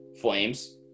Flames